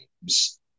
games